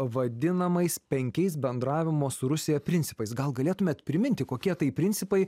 vadinamais penkiais bendravimo su rusija principais gal galėtumėt priminti kokie tai principai